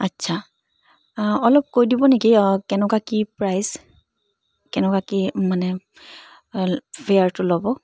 আচ্ছা অলপ কৈ দিব নেকি কেনেকুৱা কি প্ৰাইচ কেনেকুৱা কি মানে ফেয়াৰটো ল'ব